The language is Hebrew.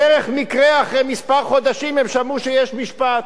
בדרך מקרה אחרי כמה חודשים הם שמעו שיש משפט.